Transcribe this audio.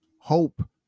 Hope